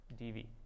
dV